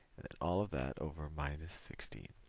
all of that over minus sixteen.